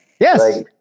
Yes